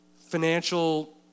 financial